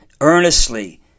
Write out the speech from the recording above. earnestly